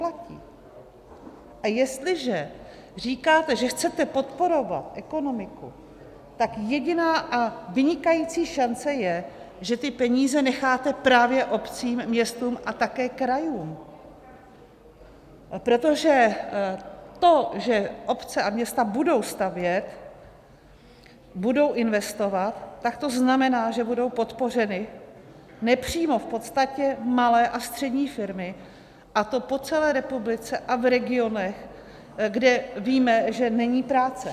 A jestliže říkáte, že chcete podporovat ekonomiku, tak jediná a vynikající šance je, že ty peníze necháte právě obcím, městům a také krajům, protože to, že obce a města budou stavět, budou investovat, tak to znamená, že budou podpořeny nepřímo v podstatě malé a střední firmy, a to po celé republice a v regionech, kde víme, že není práce.